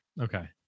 Okay